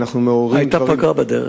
היתה פגרה בדרך,